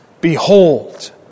Behold